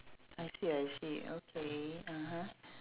I see I see okay (uh huh)